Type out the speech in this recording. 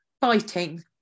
fighting